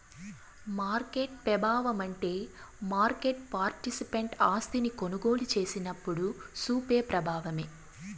market పెబావమంటే market participant ఆస్తిని కొనుగోలు సేసినప్పుడు సూపే ప్రబావమే